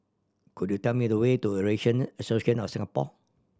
could you tell me the way to Eurasian Association of Singapore